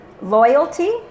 loyalty